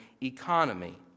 economy